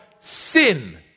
sin